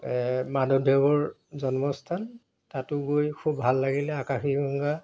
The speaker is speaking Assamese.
মাধৱদেৱৰ জন্মস্থান তাতো গৈ খুব ভাল লাগিলে আকাশীগঙ্গা